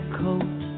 coat